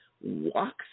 walks